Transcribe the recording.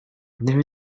there